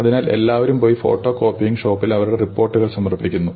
അതിനാൽ എല്ലാവരും പോയി ഫോട്ടോ കോപ്പിയിങ് ഷോപ്പിൽ അവരുടെ റിപ്പോർട്ടുകൾ സമർപ്പിക്കുന്നു